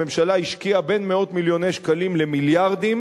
הממשלה השקיעה בין מאות מיליוני שקלים למיליארדים